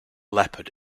leopard